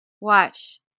Watch